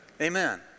Amen